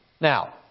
Now